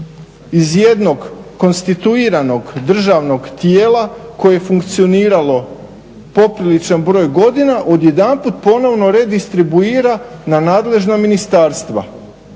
iz jednog konstituiranog državnog tijela koje je funkcioniralo popričan broj godina odjedanput ponovno redistribuira na nadležna ministarstva.